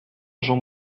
jean